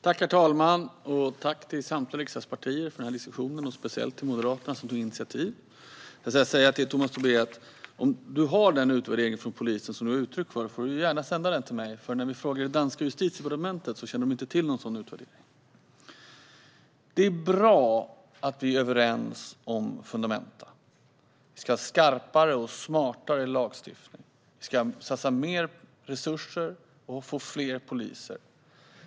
Herr talman! Tack till samtliga riksdagspartier för den här diskussionen och speciellt till Moderaterna, som tog initiativet! Jag ska säga till Tomas Tobé att om han har den utvärdering från polisen som han talar om får han gärna sända den till mig, för när vi frågar det danska justitiedepartementet känner de inte till någon sådan utvärdering. Det är bra att vi är överens om fundamenta. Vi ska ha skarpare och smartare lagstiftning. Vi ska satsa mer resurser och få fler poliser.